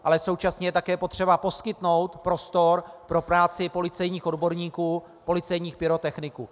Ale současně je také potřeba poskytnout prostor pro práci policejních odborníků, policejních pyrotechniků.